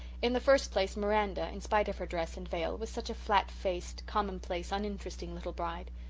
in the first place, miranda, in spite of her dress and veil, was such a flat-faced, commonplace, uninteresting little bride.